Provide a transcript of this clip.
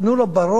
תנו לו בראש,